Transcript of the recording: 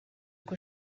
uko